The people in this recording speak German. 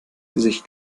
gesicht